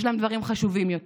יש להם דברים חשובים יותר.